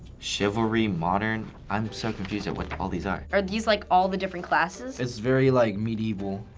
chivalry, modern. i'm so confused at what all these are. are these like all the different classes? it's very like medieval,